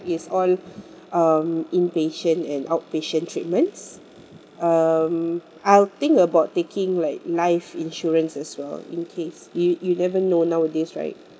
it's all um inpatient and outpatient treatments um I'll think about taking like life insurance as well in case you you'll never know nowadays right